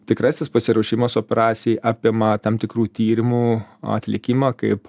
tikrasis pasiruošimas operacijai apima tam tikrų tyrimų atlikimą kaip